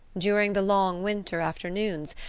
during the long winter afternoons,